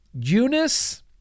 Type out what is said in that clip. Eunice